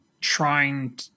trying